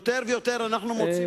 יתירה מכך,